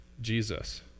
Jesus